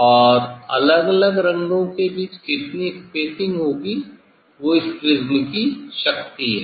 और अलग अलग रंगों के बीच कितनी स्पेसिंग होगी वो इस प्रिज्म की शक्ति है